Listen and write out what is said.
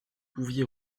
pouviez